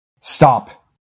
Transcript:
Stop